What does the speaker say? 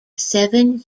seven